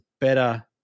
better